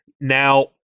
Now